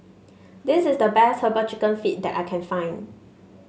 this is the best herbal chicken feet that I can find